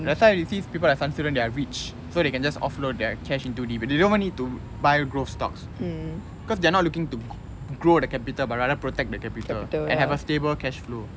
that's why these people like saniswaran they are rich have funds so they can just offload their cash into the they don't even need to buy growth stocks cause they're not looking to grow their capital but rather protect the capital and have a stable cash flow